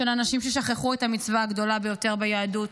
של אנשים ששכחו את המצווה הגדולה ביותר ביהדות,